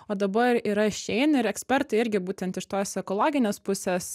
o dabar yra šein ir ekspertai irgi būtent iš tos ekologinės pusės